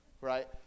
right